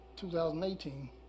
2018